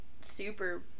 super